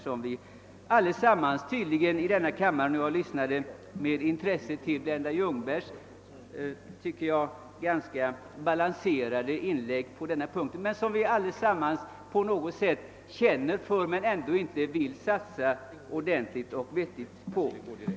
Vi lyssnade allesammans i kammaren till Blenda Ljungbergs balanserade inlägg. Vi tycks alla känna varmt för socialt utslagna människor, men ändå vill samhället inte satsa ordentligt och vettigt på att hjälpa dem.